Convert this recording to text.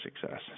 success